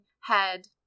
head